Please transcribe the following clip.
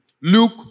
Luke